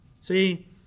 see